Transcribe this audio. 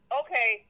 okay